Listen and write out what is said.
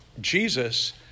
Jesus